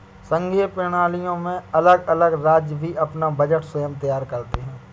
संघीय प्रणालियों में अलग अलग राज्य भी अपना बजट स्वयं तैयार करते हैं